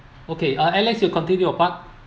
okay uh alex you continue your part